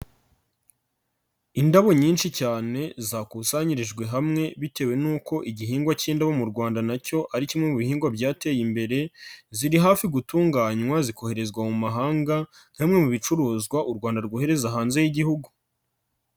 Indabo nyinshi cyane zakusanyirijwe hamwe bitewe n'uko igihingwa cy'indabo mu Rwanda na cyo ari kimwe mu bihingwa byateye imbere, ziri hafi gutunganywa zikoherezwa mu mahanga, hamwe mu bicuruzwa u Rwanda rwohereza hanze y'Igihugu.